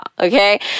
Okay